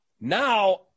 Now